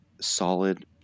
solid